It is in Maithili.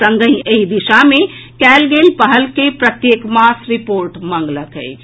संगहि एहि दिशा मे कयल गेल पहल के प्रत्येक मास रिपोर्ट मंगलक अछि